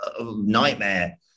nightmare